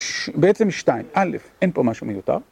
בעצם שתיים, א', אין פה משהו מיותר.